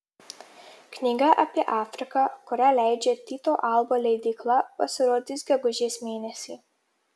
knyga apie afriką kurią leidžia tyto alba leidykla pasirodys gegužės mėnesį